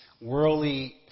worldly